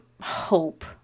hope